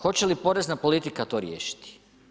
Hoće li porezna politika to riješiti?